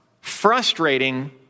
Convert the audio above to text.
frustrating